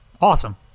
Awesome